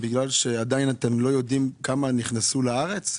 בגלל שאתם לא יודעים כמה נכנסו לארץ,